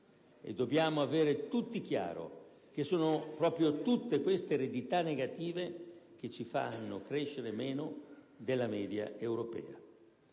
dobbiamo avere tutti chiaro che sono proprio tutte queste eredità negative che ci fanno crescere meno della media europea.